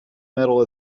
metal